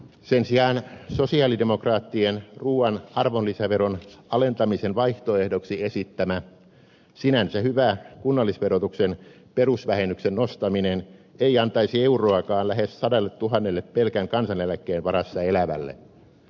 sen sijaan sosialidemokraattien ruuan arvonlisäveron alentamisen vaihtoehdoksi esittämä sinänsä hyvä kunnallisverotuksen perusvähennyksen nostaminen ei antaisi euroakaan lähes sadalle tuhannelle pelkän kansaneläkkeen varassa elävälle